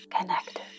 connected